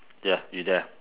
ya you there ah